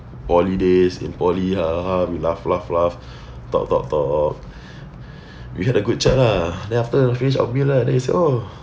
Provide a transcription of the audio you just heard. poly days in poly ha ha ha we laugh laugh laugh talk talk talk we had a good chat ah then after that finish our beer lah they he say oh